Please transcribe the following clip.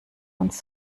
uns